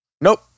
Nope